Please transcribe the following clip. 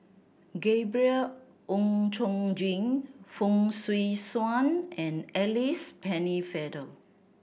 Gabriel Oon Chong Jin Fong Swee Suan and Alice Pennefather